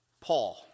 Paul